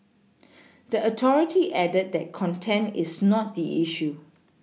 the authority added that content is not the issue